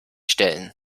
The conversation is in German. stellen